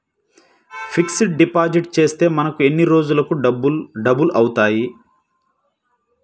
Fixed deposit చేస్తే మనకు ఎన్ని రోజులకు డబల్ అవుతాయి?